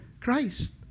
Christ